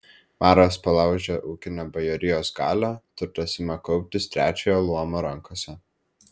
maras palaužia ūkinę bajorijos galią turtas ima kauptis trečiojo luomo rankose